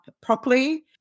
properly